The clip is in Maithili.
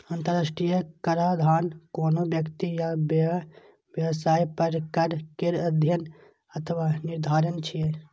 अंतरराष्ट्रीय कराधान कोनो व्यक्ति या व्यवसाय पर कर केर अध्ययन अथवा निर्धारण छियै